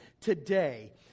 today